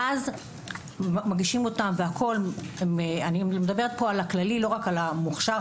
ואז מגישים אותם אני מדברת על הכללי לא על המוכשר,